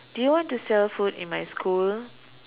do you want to sell food in my school